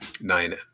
nine